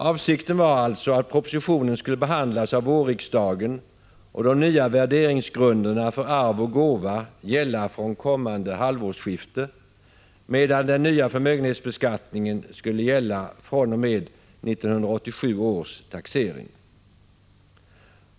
Avsikten var alltså att propositionen skulle behandlas av vårriksdagen och de nya värderingsgrunderna för arv och gåva gälla från kommande halvårsskifte, medan den nya förmögenhetsbeskattningen skulle gälla fr.o.m. 1987 års taxering.